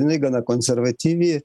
jinai gana konservatyvi